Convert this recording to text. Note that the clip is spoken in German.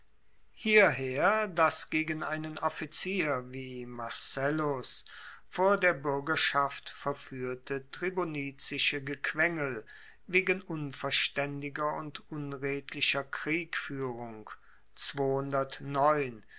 hierher das gegen einen offizier wie marcellus vor der buergerschaft verfuehrte tribunizische gequengel wegen unverstaendiger und unredlicher kriegfuehrung